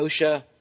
Osha